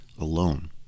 alone